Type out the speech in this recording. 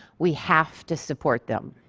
we have to support them.